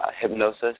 hypnosis